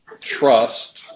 trust